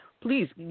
Please